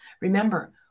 Remember